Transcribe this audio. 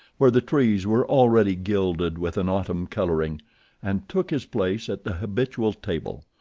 where the trees were already gilded with an autumn colouring and took his place at the habitual table,